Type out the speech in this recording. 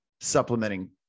supplementing